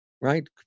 right